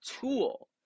tool